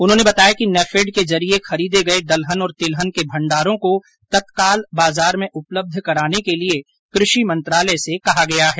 उन्होंने बताया कि नेफेड के जरिए खरीदे गए दलहन और तिलहन के भंडारों को तत्काल बाजार में उपलब्ध कराने के लिए कृषि मंत्रालय से कहा गया है